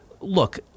look